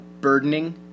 burdening